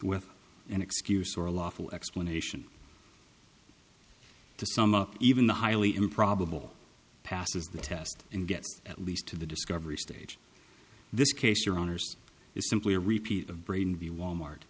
with an excuse or a lawful explanation to sum up even the highly improbable passes the test and get at least to the discovery stage this case your honour's is simply a repeat of brain b wal mart